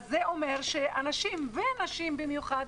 זה אומר שאנשים ונשים במיוחד,